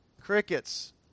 Crickets